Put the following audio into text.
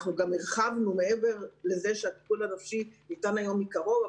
מעבר לזה שהטיפול הנפשי ניתן היום מקרוב,